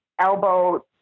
elbow